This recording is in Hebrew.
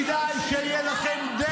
לסרבנים --- שקרן --- אני אומר לכולכם,